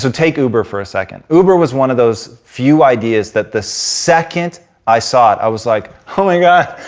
take uber for a second. uber was one of those few ideas that the second i saw it, i was like, oh my god,